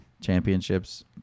Championships